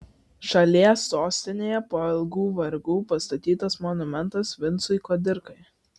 šalies sostinėje po ilgų vargų pastatytas monumentas vincui kudirkai